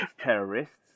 terrorists